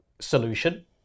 solution